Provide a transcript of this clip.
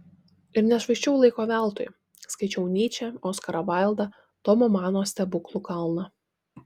ir nešvaisčiau laiko veltui skaičiau nyčę oskarą vaildą tomo mano stebuklų kalną